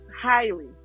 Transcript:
highly